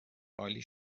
عالی